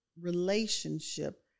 relationship